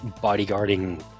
bodyguarding